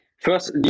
First